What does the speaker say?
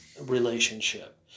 relationship